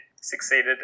succeeded